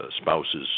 spouse's